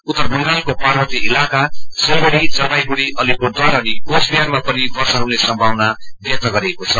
उत्तर बंगालको पार्वतीय इलाका सिलगढ़ी जलपाइगढ़ी र्लिपुरद्वार अनि कोचिबिहारमा पनि वर्षा हुने सम्भावना व्यक्त गरिएको छ